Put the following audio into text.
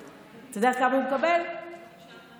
אתה יודע כמה מקבל שוטר מתחיל היום?